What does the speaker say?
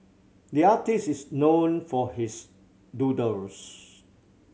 the artist is known for his doodles